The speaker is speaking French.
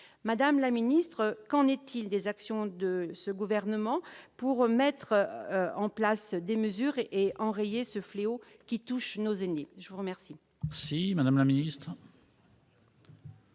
madame la ministre, des actions de ce gouvernement pour mettre en place des mesures et enrayer ce fléau qui touche nos aînés ? La parole